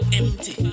empty